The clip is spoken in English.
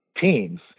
teams